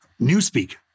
Newspeak